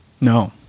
No